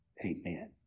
amen